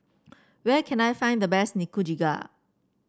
where can I find the best Nikujaga